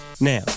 Now